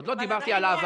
עוד לא דיברתי על העבר.